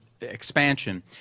expansion